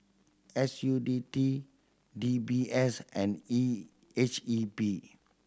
S U T D D B S and E H E B